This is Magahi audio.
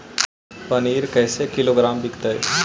पनिर कैसे किलोग्राम विकतै?